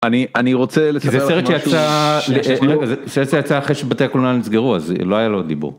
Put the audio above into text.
אני רוצה לצרף, שששש. שניה שניה... זה סרט שיצא אחרי שבתי הקולנוע נסגרו, אז לא היה לו דיבור.